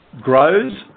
grows